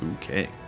Okay